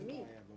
למי?